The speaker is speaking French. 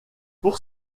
pour